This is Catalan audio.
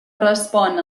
respon